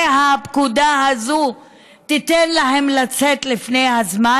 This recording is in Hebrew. שהפקודה הזאת תיתן להם לצאת לפני הזמן?